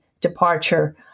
departure